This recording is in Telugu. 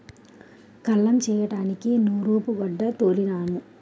కల్లం చేయడానికి నూరూపుగొడ్డ తోలినాము